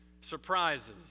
Surprises